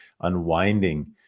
unwinding